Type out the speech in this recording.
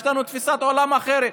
יש לנו תפיסת עולם אחרת.